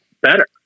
better